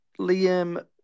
Liam